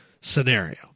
scenario